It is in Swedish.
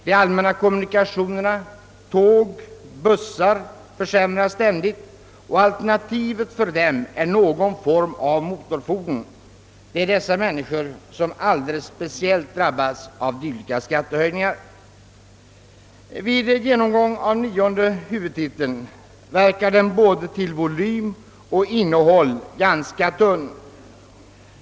De allmänna kommunikationerna, tåg och bussar, försämras ständigt, och alternativet för dem är någon form av motorfordon. Det är därför dessa människor som speciellt drabbas av dylika skattehöjningar. Vid en genomgång av nionde huvudtiteln tycker man att den både till volym och innehåll verkar ganska tunn.